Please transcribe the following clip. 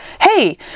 hey